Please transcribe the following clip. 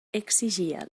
exigia